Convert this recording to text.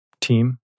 team